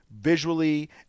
visually